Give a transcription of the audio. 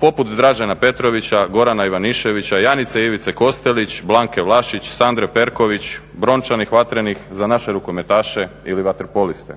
poput Dražena Petrovića, Gorana Ivaniševića, Janice i Ivice Kostelić, Blanke Vlašić, Sandre Perković, brončanih Vatrenih, za naše rukometaše ili vaterpoliste.